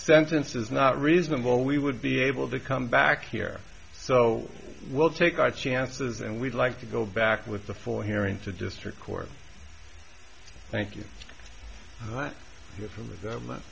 sentence is not reasonable we would be able to come back here so we'll take our chances and we'd like to go back with the four hearing to district court thank you from the government